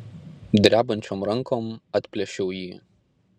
drebančiom rankom atplėšiau jį